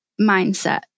mindset